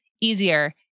easier